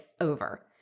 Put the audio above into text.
over